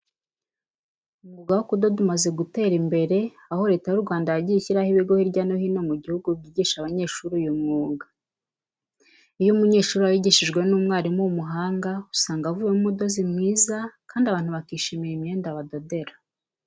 Umwuga wo kudoda umaze gutera imbere, aho Leta y'u Rwanda yagiye ishyiraho ibigo hirya no hino mu gihugu byigisha abanyeshuri uyu mwuga. Iyo umunyeshuri awigishijwe n'umwarimu w'umuhanga usanga avuyemo umudozi mwiza kandi abantu bakishimira imyenda abadodera.